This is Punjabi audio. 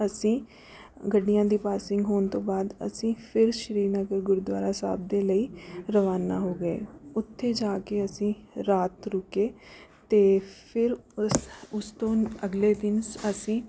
ਅਸੀਂ ਗੱਡੀਆਂ ਦੀ ਪਾਸਿੰਗ ਹੋਣ ਤੋਂ ਬਾਅਦ ਅਸੀਂ ਫਿਰ ਸ਼੍ਰੀਨਗਰ ਗੁਰਦੁਆਰਾ ਸਾਹਿਬ ਦੇ ਲਈ ਰਵਾਨਾ ਹੋ ਗਏ ਉੱਥੇ ਜਾ ਕੇ ਅਸੀਂ ਰਾਤ ਰੁਕੇ ਅਤੇ ਫਿਰ ਉਸ ਉਸ ਤੋਂ ਅਗਲੇ ਦਿਨ ਸ ਅਸੀਂ